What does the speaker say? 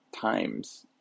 times